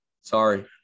Sorry